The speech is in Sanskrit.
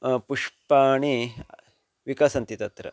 पुष्पाणि विकसन्ति तत्र